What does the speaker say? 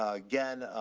again, ah,